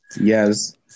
Yes